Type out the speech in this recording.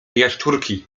jaszczurki